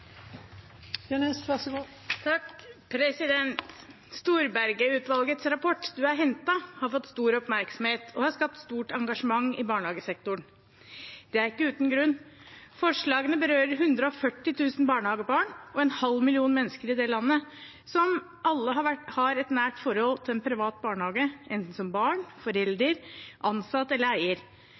rapport – Du er henta! – har fått stor oppmerksomhet og har skapt stort engasjement i barnehagesektoren. Det er ikke uten grunn. Forslagene berører 140 000 barnehagebarn og en halv million mennesker i dette landet, som alle har et nært forhold til en privat barnehage, enten som barn, forelder, ansatt eller eier.